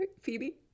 Phoebe